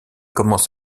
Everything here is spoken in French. commence